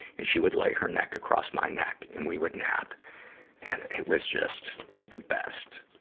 and she would lay her neck across my neck and we would nap. and it was just, the best.